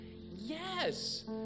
yes